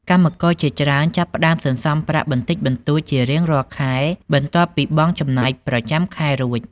កម្មករជាច្រើនចាប់ផ្តើមសន្សំប្រាក់បន្តិចបន្តួចជារៀងរាល់ខែ បន្ទាប់ពីបង់ចំណាយប្រចាំខែរួច។